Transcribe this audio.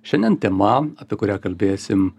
šiandien tema apie kurią kalbėsim